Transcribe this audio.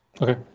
Okay